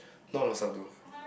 not a lot of stuff to do lah